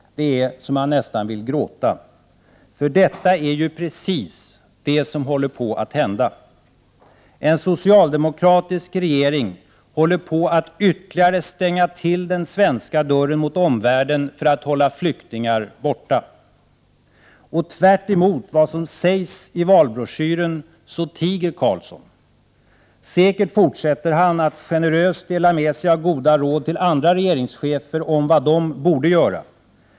Det är så att man nästan vill gråta. För detta är ju precis vad som håller på att hända. En socialdemokratisk regering håller på att ytterligare stänga till den svenska dörren mot omvärlden för att hålla flyktingar borta. Och tvärtemot vad som sägs i valbroschyren så tiger Carlsson. Säkert fortsätter han att generöst dela med sig av goda råd till andra regeringschefer om vad de borde göra.